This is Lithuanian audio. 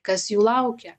kas jų laukia